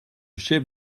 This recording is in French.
chef